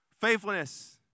faithfulness